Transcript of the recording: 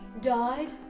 died